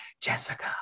Jessica